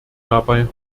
dabei